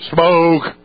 Smoke